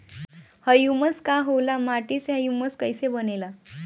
Humus का होला माटी मे ह्यूमस कइसे बनेला?